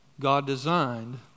God-designed